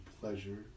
pleasure